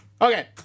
okay